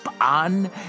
on